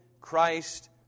Christ